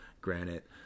granite